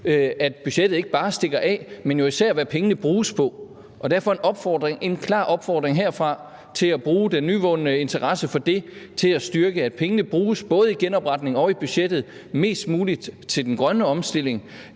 at budgettet ikke bare stikker af, men det er især, hvad pengene bruges på. Derfor en klar opfordring herfra til at bruge den nyvundne interesse for det til at styrke, at pengene både i genopretningspakken og i budgettet så vidt muligt bruges til den grønne omstilling,